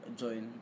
join